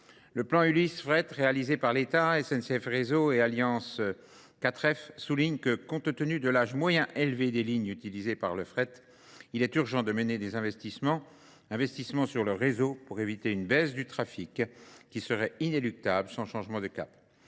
Le plan Ulysse fret réalisé par l'État, SNCF réseau et Alliance 4F soulignent que compte tenu de l'âge moyen élevé des lignes utilisées par le fret, il est urgent de mener des investissements, investissements sur le réseau pour éviter une baisse du trafic qui serait inéluctable sans changement de cap.